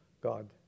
God